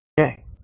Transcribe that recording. Okay